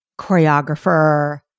choreographer